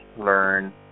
learn